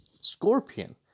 Scorpion